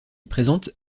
présentent